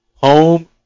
Home